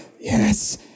yes